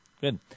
Good